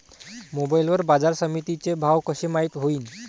Mobile वर बाजारसमिती चे भाव कशे माईत होईन?